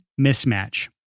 mismatch